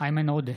איימן עודה,